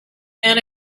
and